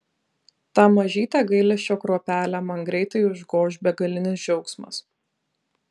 tą mažytę gailesčio kruopelę man greitai užgoš begalinis džiaugsmas